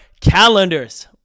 calendars